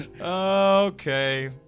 Okay